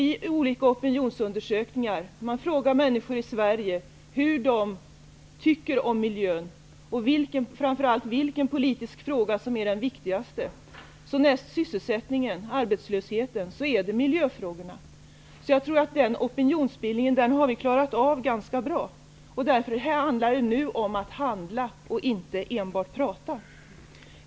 I olika opinionsundersökningar har man frågat människor i Sverige vad de tycker om miljön och framför allt vilken politisk fråga som de tycker är den viktigaste. Näst frågan om sysselsättningen och arbetslösheten är miljöfrågan viktigast. Jag tror att vi har klarat av opinionsbildningen ganska bra. Därför gäller det nu att handla och inte enbart prata.